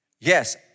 Yes